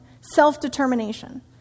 self-determination